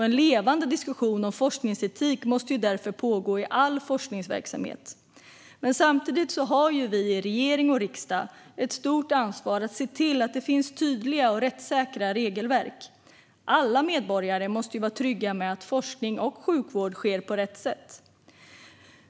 En levande diskussion om forskningsetik måste därför pågå i all forskningsverksamhet. Samtidigt har vi i regering och riksdag ett stort ansvar att se till att det finns tydliga och rättssäkra regelverk. Alla medborgare måste vara trygga med att forskning och sjukvård sker på rätt sätt.